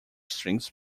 strings